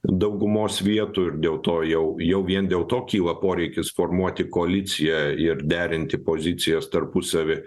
daugumos vietų ir dėl to jau jau vien dėl to kyla poreikis formuoti koaliciją ir derinti pozicijas tarpusavy